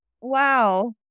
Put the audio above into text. Wow